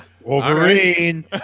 Wolverine